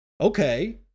okay